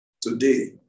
today